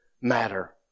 matter